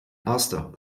erster